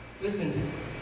Listen